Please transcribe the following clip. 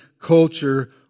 culture